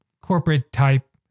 corporate-type